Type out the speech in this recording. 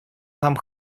нам